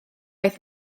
aeth